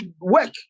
work